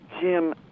Jim